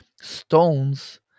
stones